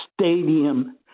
stadium